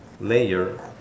layer